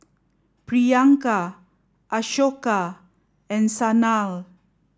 Priyanka Ashoka and Sanal